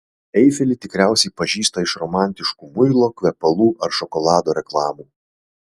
eifelį tikriausiai pažįsta iš romantiškų muilo kvepalų ar šokolado reklamų